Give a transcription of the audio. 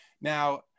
Now